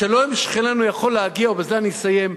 השלום עם שכנינו, ובזה אני אסיים,